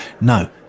no